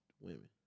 women